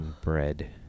bread